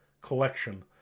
collection